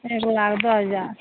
एक लाख दश हजार